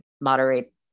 moderate